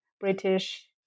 British